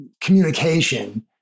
communication